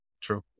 True